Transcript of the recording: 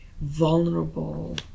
vulnerable